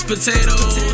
Potatoes